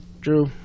Drew